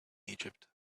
egypt